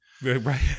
Right